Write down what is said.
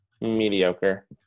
Mediocre